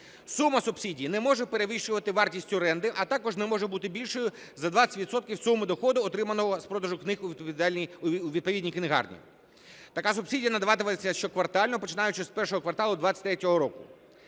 Сума субсидії не може перевищувати вартість оренди, а також не може бути більшою за 20 відсотків суми доходу, отриманого з продажу книг у відповідній книгарні. Така субсидія надаватиметься щоквартально, починаючи з І кварталу 23-го року.